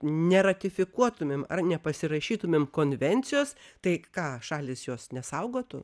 ne ratifikuotumėme ar nepasirašytumėme konvencijos tai ką šalys jos nesaugotų